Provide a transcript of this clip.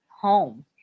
home